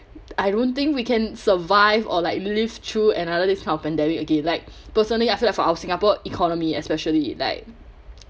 I don't think we can survive or like live through another this kind of pandemic again like personally I feel I for our singapore economy especially like